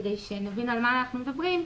כדי שנבין על מה אנחנו מדברים,